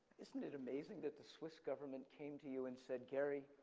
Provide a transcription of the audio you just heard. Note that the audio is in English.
isn't it amazing that the swiss government came to you and said gerry,